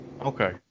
Okay